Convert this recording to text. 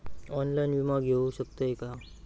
Online विमा घेऊ शकतय का?